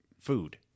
food